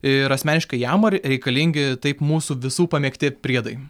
ir asmeniškai jam ar reikalingi taip mūsų visų pamėgti priedai